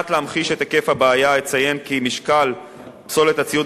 כדי להמחיש את היקף הבעיה אציין כי משקל פסולת הציוד